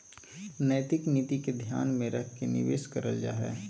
नैतिक नीति के ध्यान में रख के निवेश करल जा हइ